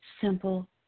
Simple